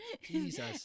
Jesus